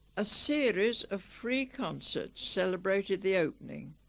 a series of free concerts celebrated the opening